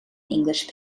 english